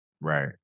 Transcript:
Right